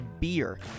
beer